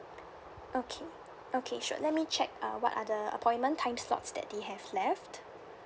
okay okay sure let me check uh what other appointment time slots that they have left